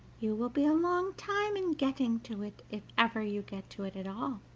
you will be a long time in getting to it, if ever you get to it at all